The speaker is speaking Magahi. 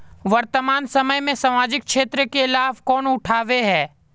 वर्तमान समय में सामाजिक क्षेत्र के लाभ कौन उठावे है?